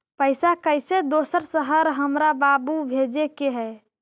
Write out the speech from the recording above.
पैसा कैसै दोसर शहर हमरा बाबू भेजे के है?